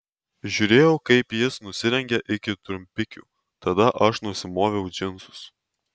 žiūrėjau kaip jis nusirengia iki trumpikių tada aš nusimoviau džinsus